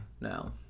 No